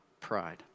pride